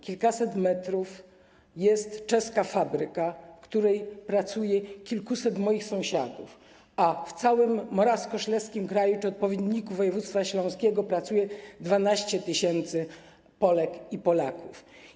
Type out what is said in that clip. Kilkaset metrów za moim domem jest czeska fabryka, w której pracuje kilkuset moich sąsiadów, a w całym Moravskoslezskym kraju, czyli odpowiedniku województwa śląskiego, pracuje 12 tys. Polek i Polaków.